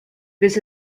this